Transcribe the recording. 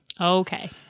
Okay